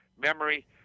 memory